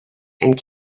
and